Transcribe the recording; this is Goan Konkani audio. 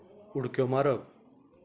उडक्यो मारप